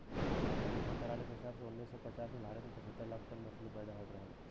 fishery मंत्रालय के हिसाब से उन्नीस सौ पचास में भारत में पचहत्तर लाख टन मछली पैदा होत रहल